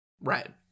Right